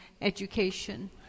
education